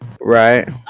Right